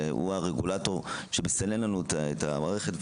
שהוא הרגולטור שמסנן לנו את המערכת.